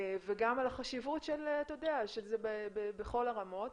וגם על החשיבות של זה בכל הרמות.